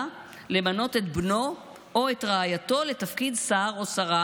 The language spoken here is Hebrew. למנות את בנו או את רעייתו לתפקיד שר או שרה